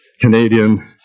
Canadian